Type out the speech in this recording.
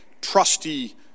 trusty